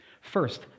First